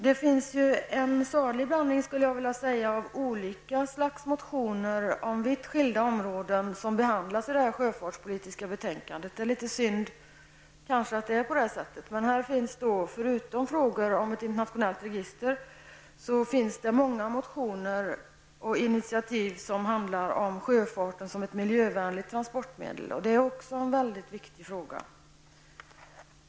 Det finns en salig blandning av olika slags motioner om vitt skilda områden som behandlas i detta sjöfartspolitiska betänkande. Det är kanske litet synd. Men förutom frågor om ett internationellt register finns det många motioner och initiativ som handlar om sjöfarten som ett miljövänligt transportmedel. Det är också en mycket viktig fråga.